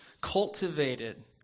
Cultivated